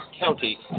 County